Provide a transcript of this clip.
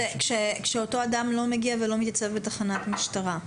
--- כשאותו אדם לא מגיע ולא מתייצב בתחנת משטרה,